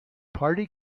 party